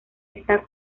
está